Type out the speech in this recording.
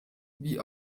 wie